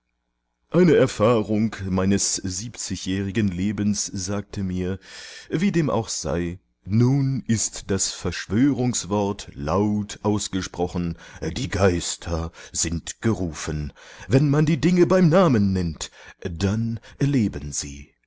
eine erfahrung meines siebzigjährigen lebens sagte mir wie dem auch sei nun ist das veschwörungswort laut ausgesprochen die geister sind gerufen wenn man die dinge beim namen nennt dann leben sie